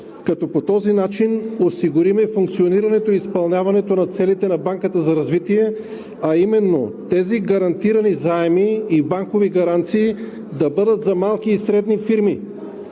като по този начин осигуряваме функционирането и изпълняването на целите на Банката за развитие, а именно тези гарантирани заеми и банкови гаранции да бъдат за малки и средни фирми,